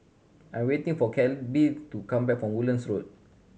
I'm waiting for Kelby to come back from Woodlands Road